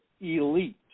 elite